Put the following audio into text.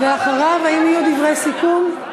אחריו, האם יהיו דברי סיכום?